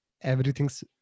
everything's